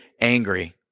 angry